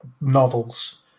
novels